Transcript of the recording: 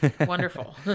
Wonderful